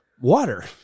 Water